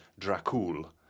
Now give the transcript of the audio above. Dracul